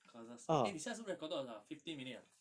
kazakhstan eh 你现在是 record 多少 fifteen minute ah